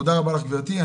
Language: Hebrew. תודה רבה לך גברתי,